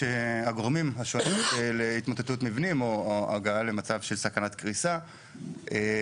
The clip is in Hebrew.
הגורמים השונים להתמוטטות מבנים או להגעה למצב של סכנת קריסה מבלאי,